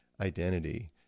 identity